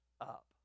up